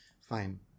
Fine